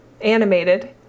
animated